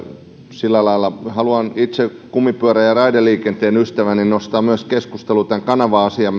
sillä lailla haluan itse kumipyörä ja raideliikenteen ystävänä nostaa keskusteluun myös tämän kanava asian